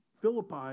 Philippi